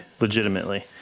legitimately